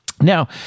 now